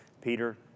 Peter